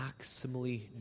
maximally